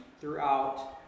throughout